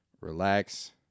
relax